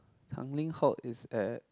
Tanglin Halt is at